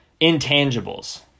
intangibles